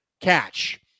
catch